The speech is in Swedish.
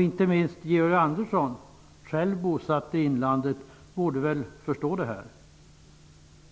Inte minst Georg Andersson, själv bosatt i inlandet, borde förstå detta.